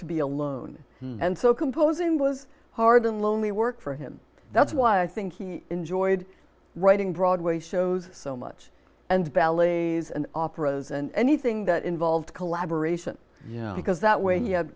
to be alone and so composing was hard and lonely work for him that's why i think he enjoyed writing broadway shows so much and ballets and operas and anything that involved collaboration because that way